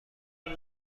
دود